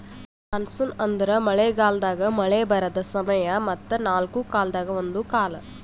monsoon ಅಂದುರ್ ಮಳೆ ಗಾಲದಾಗ್ ಮಳೆ ಬರದ್ ಸಮಯ ಮತ್ತ ನಾಲ್ಕು ಕಾಲದಾಗ ಒಂದು ಕಾಲ